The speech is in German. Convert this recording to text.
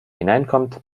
hineinkommt